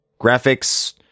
Graphics